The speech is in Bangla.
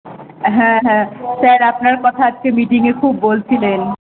হ্যাঁ হ্যাঁ স্যার আপনার কথা আজকে মিটিংয়ে খুব বলছিলেন